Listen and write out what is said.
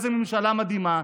איזו ממשלה מדהימה,